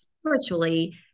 spiritually